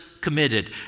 committed